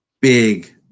big